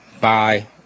bye